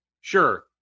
sure